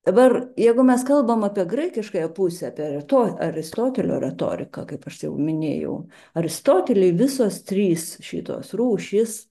dabar jeigu mes kalbam apie graikiškąją pusę apie reto aristotelio retoriką kaip aš jau minėjau aristoteliui visos trys šitos rūšys